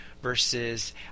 versus